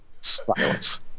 silence